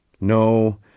no